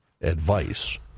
advice